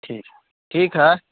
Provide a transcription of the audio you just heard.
ठीक ठीक है